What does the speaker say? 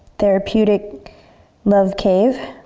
therapeutic love cave.